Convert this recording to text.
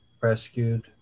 rescued